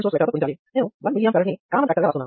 నేను 1 mA current ను common factor గా రాస్తున్నాను